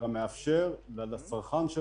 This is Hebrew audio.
שלו